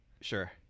sure